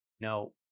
no